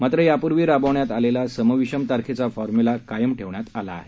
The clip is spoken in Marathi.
मात्र यापूर्वी राबवण्यात आलेला सम विषम तारखेचा फॉर्म्यूला कायम ठेवण्यात आला आहे